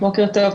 בוקר טוב,